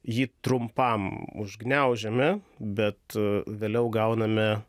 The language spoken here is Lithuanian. jį trumpam užgniaužiame bet vėliau gauname